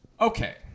Okay